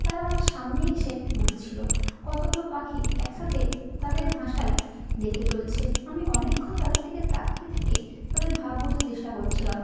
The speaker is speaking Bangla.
তারা আমার সামনে এসে বসেছিলো কতগুলো পাখি একসাথে তাদের ভাষায় ডেকে চলছে আমি অনেক্ষণ তাদের দিকে তাকিয়ে থেকে তাদের ভাব বোঝার চেষ্টা করছিলাম